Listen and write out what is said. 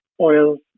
oils